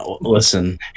Listen